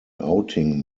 outing